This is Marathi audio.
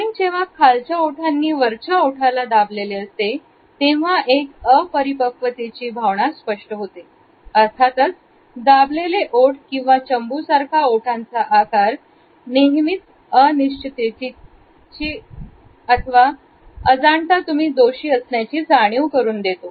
आणि जेव्हा खालच्या ओठांनी वरच्या ओठाला दबलेले असते तेव्हा एक अपरिपक्वतेचे भावना स्पष्ट होते अर्थातच दाबलेले ओठ किंवा चंबु सारखा ओठांचा आकार नेहमी अनिश्चिते तिची अथवा अजाणता तुम्ही दोषी असण्याची जाणीव करून देतो